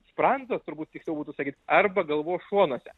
sprando turbūt tiksliau būtų sakyt arba galvos šonuose